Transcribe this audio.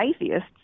atheists